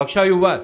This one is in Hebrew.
בבקשה, יובל.